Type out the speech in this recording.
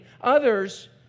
others